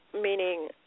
meaning